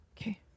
Okay